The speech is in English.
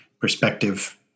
perspective